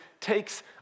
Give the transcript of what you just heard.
takes